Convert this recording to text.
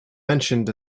mentioned